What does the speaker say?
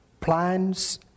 plans